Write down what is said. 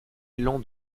élan